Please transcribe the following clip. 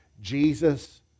Jesus